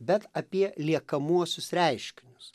bet apie liekamuosius reiškinius